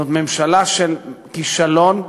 זאת ממשלה של כישלון,